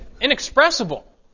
inexpressible